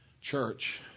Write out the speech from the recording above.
Church